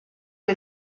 che